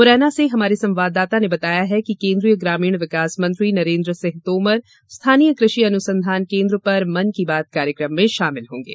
मुरैना से हमारे संवाददाता ने बताया है कि केंद्रीय ग्रामीण विकास मंत्री नरेन्द्र सिंह तोमर स्थानीय कृषि अनुसंधान केन्द्र पर मन की बात कार्यक्रम में शामिल होंगे